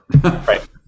right